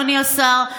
אדוני השר,